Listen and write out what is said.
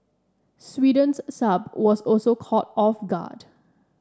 Sweden's Saab was also caught off guard